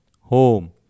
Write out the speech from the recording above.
home